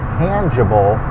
tangible